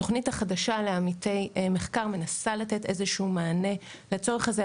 התוכנית החדשה לעמיתי מחקר מנסה לתת איזשהו מענה לצורך הזה,